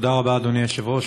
תודה רבה, אדוני היושב-ראש.